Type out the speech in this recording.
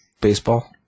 Baseball